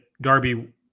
Darby